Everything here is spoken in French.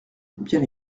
bien